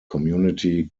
community